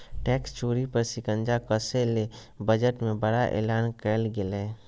tax चोरी पर शिकंजा कसय ले बजट में बड़ा एलान कइल गेलय